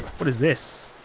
what is this?